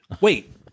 Wait